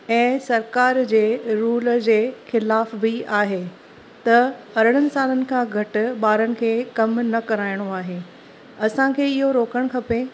ऐं सरकार जे रूल जे खिलाफ़ बि आहे त अरिड़नि सालनि खां घटि ॿारनि खे कमु न कराइणो आहे असांखे इहो रोकणु खपे